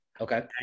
Okay